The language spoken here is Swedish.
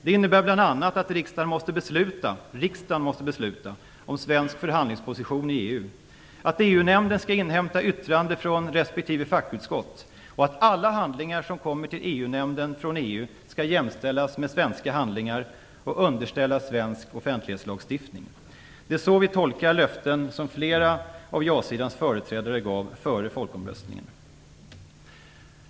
Det innebär bl.a.: - att riksdagen måste besluta om svensk förhandlingsposition i EU, - att EU-nämnden skall inhämta yttrande från respektive fackutskott och - att alla handlingar som kommer till EU nämnden från EU skall jämställas med svenska handlingar och underställas svensk offentlighetslagstiftning. Det är så vi tolkar löften som flera av ja-sidans företrädare gav före folkomröstningen.